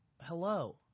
Hello